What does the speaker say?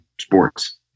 sports